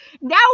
now